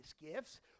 gifts